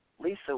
Lisa